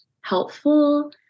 helpful